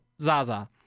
Zaza